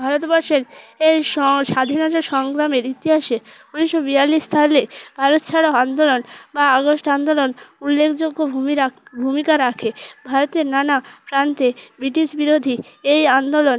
ভারতবর্ষের এই স্বাধীনতা সংগ্রামের ইতিহাসে ঊনিশশো বিয়াল্লিশ সালে ভারত ছাড়ো আন্দোলন বা আগস্ট আন্দোলন উল্লেখযোগ্য ভূমিরা ভূমিকা রাখে ভারতের নানা প্রান্তে ব্রিটিশ বিরোধী এই আন্দোলন